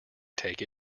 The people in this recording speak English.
take